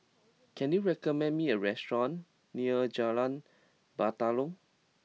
can you recommend me a restaurant near Jalan Batalong